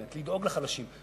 לדאוג לחלשים.